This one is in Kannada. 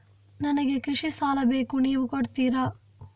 ನನಗೆ ಕೃಷಿ ಸಾಲ ಬೇಕು ನೀವು ಕೊಡ್ತೀರಾ?